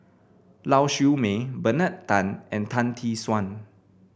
Lau Siew Mei Bernard Tan and Tan Tee Suan